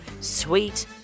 Sweet